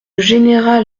général